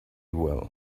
well